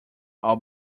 all